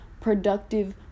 productive